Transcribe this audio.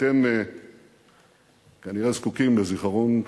אתם כנראה זקוקים לזיכרון,